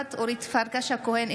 נוכחת אורית פרקש הכהן,